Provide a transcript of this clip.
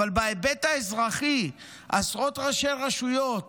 אבל בהיבט האזרחי עשרות ראשי רשויות,